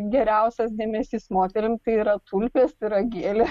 geriausias dėmesys moterim yra tulpės pyragėliai